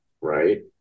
right